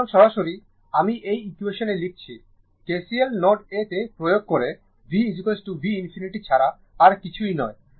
সুতরাং সরাসরি আমি এই ইকুয়েশন লিখছি KCL নোড A তে প্রয়োগ করে v v ∞ ছাড়া আর কিছুই নয়